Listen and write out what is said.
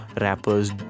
Rappers